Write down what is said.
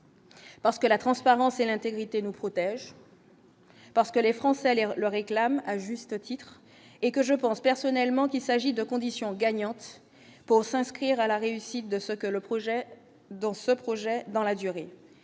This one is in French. Parce que la transparence et l'intégrité nous protège. Parce que les Français allaient le réclament, à juste titre et que je pense personnellement qu'il s'agit de conditions gagnantes pour s'inscrire à la réussite de ce que le projet dans ce projet